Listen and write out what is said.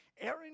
aaron